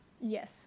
Yes